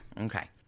Okay